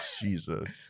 Jesus